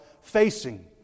facing